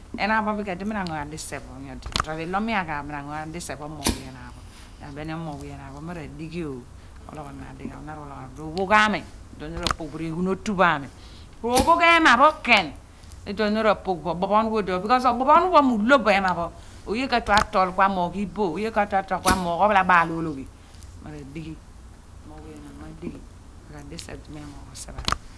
Onaan pho bin bu edi nui ro ngo ghan diseph, to robo ilo mi aghaaph mi ra ngo ghan diseph omogh awe enaan mi abeni. Oogh awe enaan mo ra deghi ro ologhonaan ghan ami dighaagh r ophogh am wua na ra pogh bo reghanom pho ami rophon ehna pho ken olum na ra pogh bo ku obophonu pho odi bo obophonu m/nho bo ehma pho kobo oye ka/ne kua told ku amogh iboh ku amogh ophalabaal ologhi mo raloghi omorgh awe enaan r'adighi iphen k'adiraph di mi amuogh oseph odi.